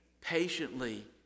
patiently